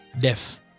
death